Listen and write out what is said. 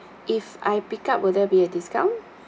if I pick up will there be a discount